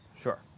Sure